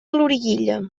loriguilla